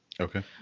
Okay